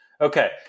Okay